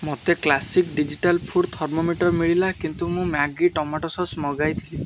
ମୋତେ classic digital food thermometer ମିଳିଲା କିନ୍ତୁ ମୁଁ ମ୍ୟାଗି ଟମାଟୋ ସସ୍ ମଗାଇଥିଲି